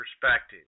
perspective